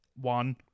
One